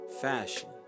fashion